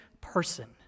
person